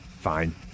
Fine